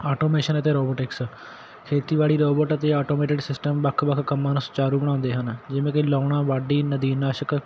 automation ਅਤੇ robotics ਖੇਤੀਬਾੜੀ robot ਅਤੇ ਆਟੋਮੈਟਿਡ ਸਿਸਟਮ ਵੱਖ ਵੱਖ ਕੰਮਾਂ ਨੂੰ ਸਚਾਰੂ ਬਣਾਉਂਦੇ ਹਨ ਜਿਵੇਂ ਕਿ ਲਾਉਣਾ ਵਾਢੀ ਨਦੀਨਨਾਸ਼ਕ